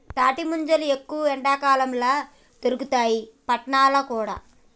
తాటి ముంజలు ఎక్కువ ఎండాకాలం ల దొరుకుతాయి పట్నంల కూడా